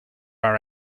our